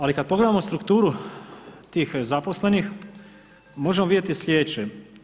Ali kad pogledamo strukturu tih zaposlenih, možemo vidjeti sljedeće.